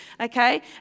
okay